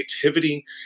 creativity